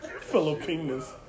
Filipinas